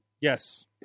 Yes